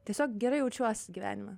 tiesiog gerai jaučiuos gyvenime